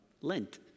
Lent